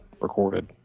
recorded